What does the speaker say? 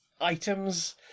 items